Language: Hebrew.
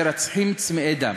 מרצחים צמאי דם.